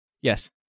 Yes